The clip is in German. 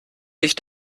dich